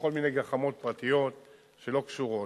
לכל מיני גחמות פרטיות שלא קשורות.